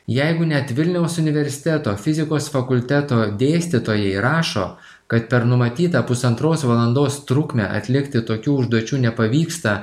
jeigu net vilniaus universiteto fizikos fakulteto dėstytojai rašo kad per numatytą pusantros valandos trukmę atlikti tokių užduočių nepavyksta